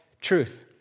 Truth